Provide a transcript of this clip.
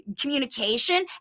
communication